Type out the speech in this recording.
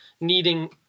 needing